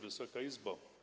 Wysoka Izbo!